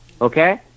okay